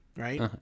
right